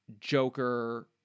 Joker